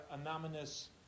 anonymous